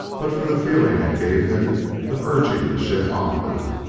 but for the feeling it gave him of urging the ship onward.